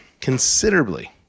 considerably